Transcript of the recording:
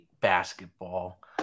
basketball